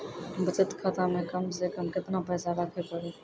बचत खाता मे कम से कम केतना पैसा रखे पड़ी?